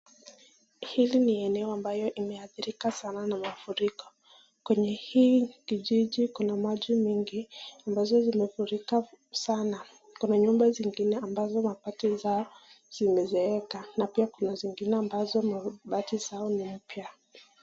Hili ni eneo ambayo imeadhirika sana na mavuriko. Kwenye hii kijiji kuna maji mengi ambazo zimevurika sana. Kuna nyumba zingine ambazo mabati zao zimezeeka na pia kuna zingine ambazo mabati zao ni mpya.